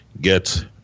get